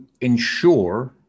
ensure